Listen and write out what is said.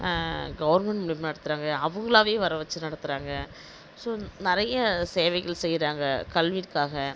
கவுர்மெண்டும் நடத்துறாங்க அவங்களாவே வர வச்சு நடத்துறாங்க ஸோ நிறைய சேவைகள் செய்யுறாங்க கல்விக்காக